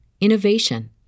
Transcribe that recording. innovation